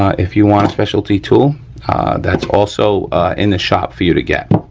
if you wanna specialty tool that's also in the shop for you to get.